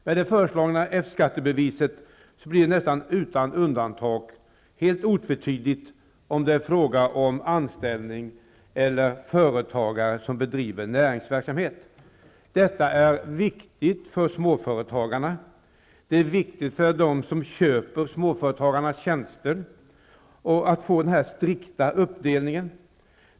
Med det föreslagna F-skattebeviset blir det nästan utan undantag helt otvetydigt om det är fråga om anställning eller företagare som bedriver näringsverksamhet. Det är viktigt för småföretagarna och för dem som köper småföretagarnas tjänster att få denna strikta uppdelning.